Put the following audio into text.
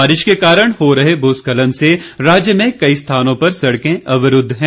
बारिश के कारण हो रहे भूस्खलन से राज्य में कई स्थानों पर सड़कें अवरूद्व हैं